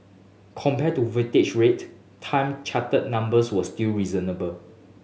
compared to voyage rate time charter numbers were still reasonable